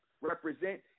represent